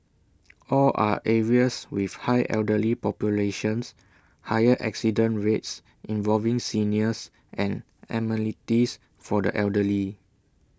all are areas with high elderly populations higher accident rates involving seniors and amenities for the elderly